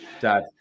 dad